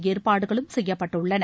ஏற்பாடுகளும் செய்யப்பட்டுள்ளன